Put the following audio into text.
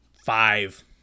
five